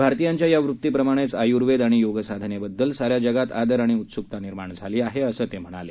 भारतीयांच्या या वृत्तीप्रमाणेच आयुर्वेद आणि योगसाधनेबद्दल सा या जगात आदर आणि उत्सुकता निर्माण झाली आहे असं त्यांनी सांगितलं